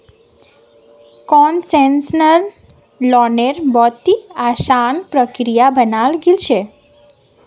concessional लोन्नेर बहुत ही असान प्रक्रिया बनाल गेल छे